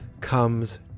comes